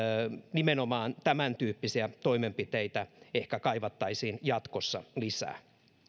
nimenomaan tämäntyyppisiä toimenpiteitä ehkä kaivattaisiin jatkossa lisää